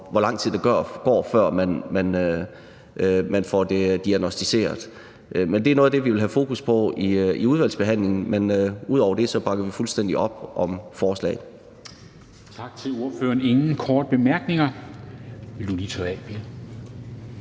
hvor lang tid der går, før man får det diagnosticeret. Det er noget af det, vi vil have fokus på i udvalgsbehandlingen. Men ud over det bakker vi fuldstændig op om forslaget. Kl. 12:03 Formanden (Henrik Dam Kristensen): Tak til